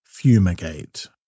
fumigate